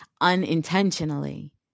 Unintentionally